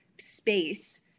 space